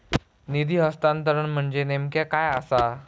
निधी हस्तांतरण म्हणजे नेमक्या काय आसा?